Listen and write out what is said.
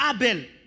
Abel